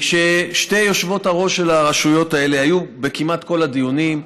שתי היושבות-ראש של הרשויות האלה היו כמעט בכל הדיונים,